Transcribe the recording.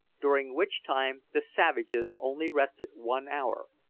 during which time the savages only rested one hour.